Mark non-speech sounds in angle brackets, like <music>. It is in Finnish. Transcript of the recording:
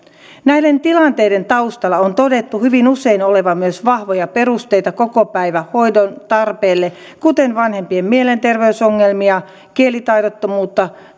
näiden tilanteiden taustalla on todettu hyvin usein olevan myös vahvoja perusteita kokopäivähoidon tarpeelle kuten vanhempien mielenterveysongelmia kielitaidottomuutta <unintelligible>